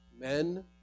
men